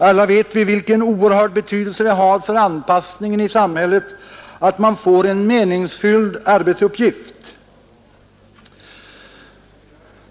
Alla vet vi vilken oerhörd betydelse det har för anpassningen i samhället att man får en meningsfylld arbetsuppgift.